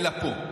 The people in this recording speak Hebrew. אלא פה.